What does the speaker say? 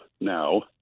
now